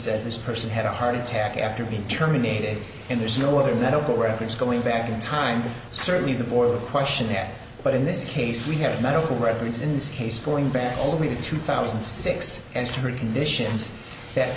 that this person had a heart attack after being terminated and there's no other medical records going back in time certainly the board question there but in this case we have medical records in this case going back over the two thousand six hundred conditions that